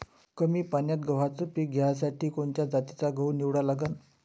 कमी पान्यात गव्हाचं पीक घ्यासाठी कोनच्या जातीचा गहू निवडा लागन?